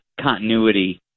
continuity